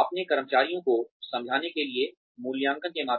अपने कर्मचारियों को समझाने के लिए मूल्यांकन के माध्यम से